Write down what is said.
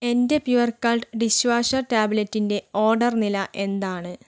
എന്റെ pure cult dish washer ടാബ്ലറ്റിന്റെ order നില എന്താണ്